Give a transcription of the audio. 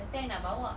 tapi I nak bawa